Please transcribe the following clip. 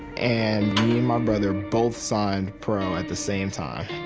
and my brother both signed pro at the same time.